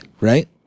right